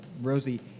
Rosie